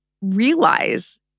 realize